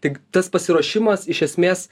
tik tas pasiruošimas iš esmės